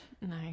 No